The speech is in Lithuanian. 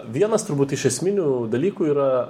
vienas turbūt iš esminių dalykų yra